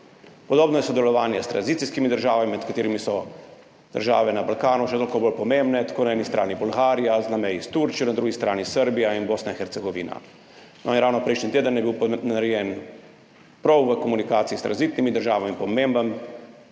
Podobno je sodelovanje s tranzicijskimi državami, med katerimi so države na Balkanu še toliko bolj pomembne, tako na eni strani Bolgarija na meji s Turčijo, na drugi strani Srbija in Bosna in Hercegovina. in ravno prejšnji teden je bil narejen prav v komunikaciji s tranzitnimi državami pomemben